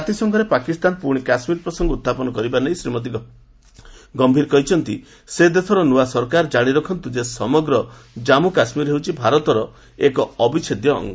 ଜାତିସଂଘରେ ପାକିସ୍ତାନ ପୁଣି କାଶ୍ମୀର ପ୍ରସଙ୍ଗ ଉତ୍ଥାପନ କରିବା ନେଇ ଶ୍ରୀମତୀ ଗମ୍ଭୀର କହିଛନ୍ତି ସେ ଦେଶର ନୂଆ ସରକାର ଜାଶି ରଖନ୍ତୁ ଯେ ସମଗ୍ର ଜନ୍ମୁ କାଶ୍ମୀର ହେଉଛି ଭାରତର ଏକ ଅବିଚ୍ଛେଦ୍ୟ ଅଙ୍ଗ